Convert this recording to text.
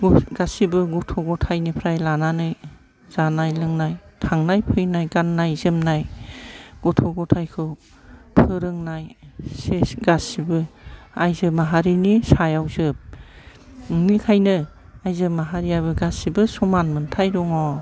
गासैबो गथ'गथायनिफ्राय लानानै जानाय लोंनाय थानाय फैनाय गाननाय जोमनाय गथ' गथायखौ फोरोंनाय सेस गासैबो आयजो माहारिनि सायाव जोब बिनिखायनो आयजो माहारियाबो गासैबो समान मोनथाइ दङ'